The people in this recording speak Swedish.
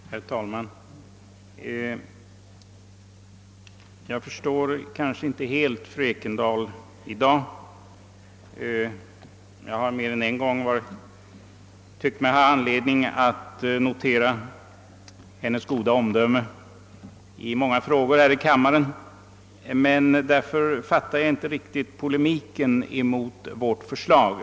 Herr talman! Jag förstår inte helt fru Ekendahl i dag. Jag har mer än en gång tyckt mig ha anledning notera hennes goda omdöme, och därför överraskas jag något av polemiken mot vårt förslag.